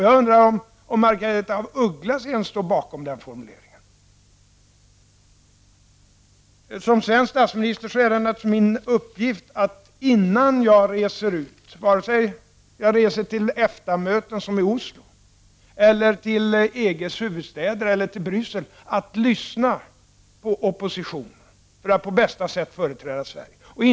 Jag undrar om ens Margaretha af Ugglas står bakom denna formulering. Som svensk statsminister har jag naturligtvis uppgiften att innan jag reser någonstans, vare sig jag reser till EFTA-möten, t.ex. i Oslo, till EG:s huvudstäder eller till Bryssel, lyssna på oppositionen för att på bästa sätt företräda Sverige.